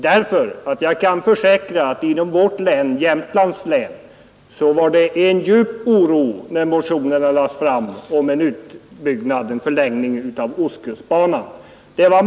Jag kan nämligen försäkra honom att det inom Jämtlands län fanns en djup oro när motionerna om en förlängning av ostkustbanan lades fram.